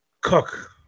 cook